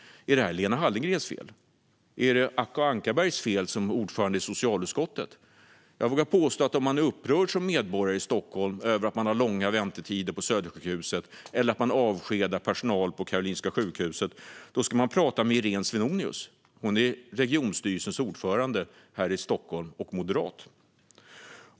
Är det här Lena Hallengrens fel eller Acko Ankarbergs fel som ordförande i socialutskottet? Jag vågar påstå att om man som medborgare i Stockholm är upprörd över de långa väntetiderna på Södersjukhuset eller att personal på Karolinska sjukhuset avskedas, då ska man tala med Irene Svenonius. Hon är regionstyrelsens ordförande här i Stockholm och moderat.